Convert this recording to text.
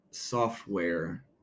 software